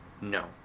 no